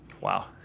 wow